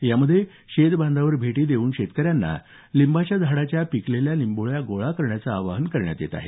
यामध्ये शेत बांधावर भेटी देऊन शेतकऱ्यांना लिंबाच्या झाडाच्या पिकलेल्या निंबोळ्या गोळा करण्याचं आवाहन करण्यात येत आहे